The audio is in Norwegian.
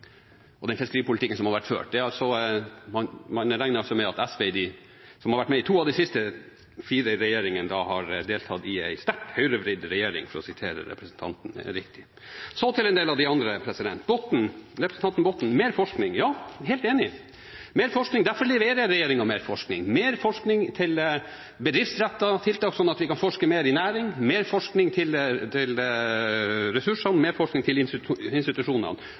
og den fiskeripolitikken som har vært ført. Man regner altså med at SV, som har vært med i to av de siste fire regjeringene, har deltatt i en sterkt høyrevridd regjering, for å sitere representanten riktig. Så til en del av de andre, først representanten Botten: Mer forskning – ja, jeg er helt enig. Derfor leverer regjeringen mer forskning, sånn at vi kan forske mer innen næringen – mer forskning på bedriftsrettede tiltak, mer forskning på ressursene, mer forskning til institusjonene.